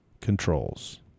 controls